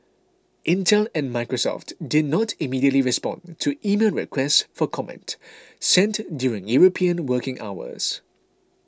Intel and Microsoft did not immediately respond to emailed requests for comment sent during European working hours